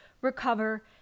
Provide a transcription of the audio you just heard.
recover